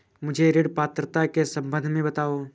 मुझे ऋण पात्रता के सम्बन्ध में बताओ?